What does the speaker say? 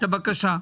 את הבקשה,